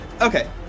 Okay